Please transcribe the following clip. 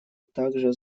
также